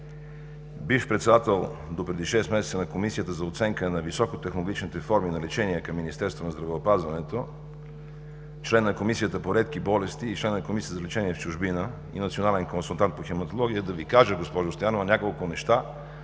бивш председател – допреди шест месеца, на Комисията за оценка на високотехнологичните форми на лечение към Министерството на здравеопазването, член на Комисията по редки болести, член на Комисията за лечение в чужбина и национален консултант по хематология, да Ви кажа, госпожо Стоянова, няколко неща